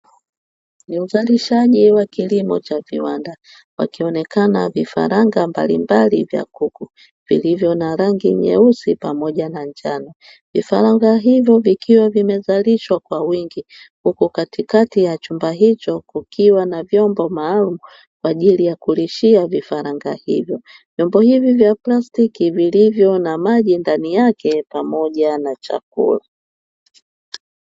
Ni uzalishaji wa kilimo cha viwanda wakionekana vifaranga mbalimbali vya kuku vilivyo na rangi nyeusi pamoja na njano. Vifaranga hivo vikiwa vimezalishwa kwa wingi huku katikati ya chumba hicho kukiwa na vyombo maalumu kwa ajili ya kulishia vifaranga hivyo. Vyombo hivi vya plastiki vilivyo na maji ndani yake pamoja na chakula.